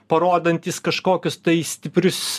parodantys kažkokius tai stiprius